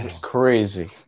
crazy